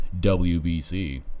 WBC